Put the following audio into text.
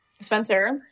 Spencer